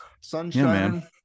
sunshine